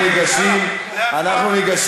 אנחנו ניגשים להצבעה.